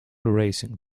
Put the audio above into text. racing